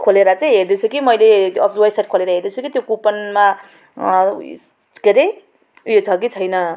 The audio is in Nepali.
खोलेर चाहिँ हेर्दैछु के मैले अब वेबसाइट खोलेर हेर्दैछु कि त्यो कुपनमा के अरे उयो छ कि छैन